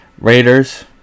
Raiders